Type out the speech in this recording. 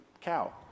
cow